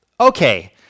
Okay